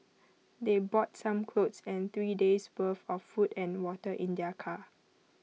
they brought some clothes and three days' worth of food and water in their car